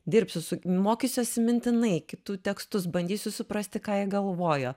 dirbsiu su mokysiuosi mintinai kitų tekstus bandysiu suprasti ką jie galvojo